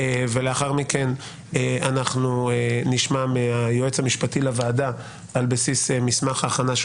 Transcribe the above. ולאחר מכן נשמע מהיועץ המשפטי לוועדה על בסיס מסמך ההכנה שהוא